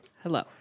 Hello